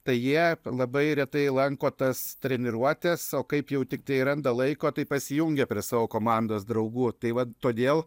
tai jie labai retai lanko tas treniruotes o kaip jau tiktai randa laiko tai pasijungia prie savo komandos draugų tai vat todėl